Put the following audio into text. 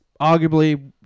arguably